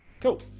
Cool